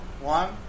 one